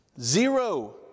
Zero